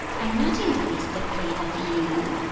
i am not in the least afraid of you